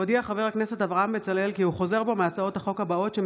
הודיע חבר הכנסת אברהם בצלאל כי הוא חוזר בו מהצעות החוק האלה: הצעת